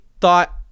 thought